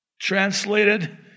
Translated